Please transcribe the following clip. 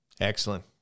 Excellent